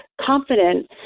confident